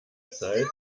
zeit